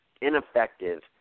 ineffective